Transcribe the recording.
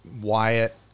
Wyatt